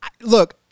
look